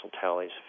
tallies